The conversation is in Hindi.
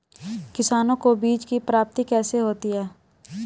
किसानों को बीज की प्राप्ति कैसे होती है?